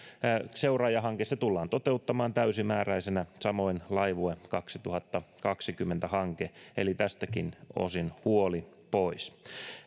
seuraajahanke tullaan toteuttamaan täysimääräisenä samoin laivue kaksituhattakaksikymmentä hanke eli tältäkin osin huoli pois